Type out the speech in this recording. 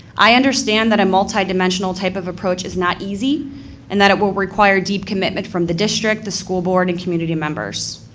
i understand that a multidimensional type of approach is not easy and that it will require deep commitment from the district, the school board, and community members.